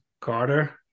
Carter